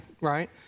right